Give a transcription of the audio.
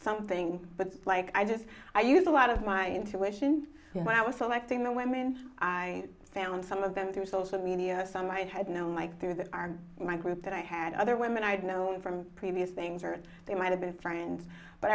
something but like i just i used a lot of my intuition when i was selecting the women i found some of them through social media some i had known mike through that are in my group that i had other women i had known from previous things or they might have been friends but